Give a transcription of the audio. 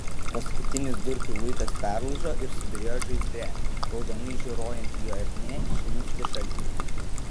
paskutinis durpių luitas perlūžo ir subyrėjo žaizdre raudonai žioruojanti jo ertmė šnypštė šaltyje